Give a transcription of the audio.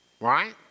right